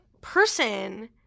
person